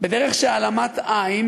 בדרך של העלמת עין,